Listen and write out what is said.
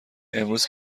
امروز